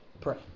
Pray